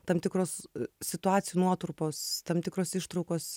tam tikros situacijų nuotrupos tam tikros ištraukos